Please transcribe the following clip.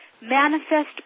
manifest